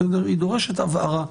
היא דורשת הבהרה.